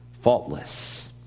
faultless